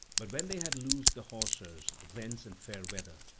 but when they had loosed the hawsers thence in fair weather,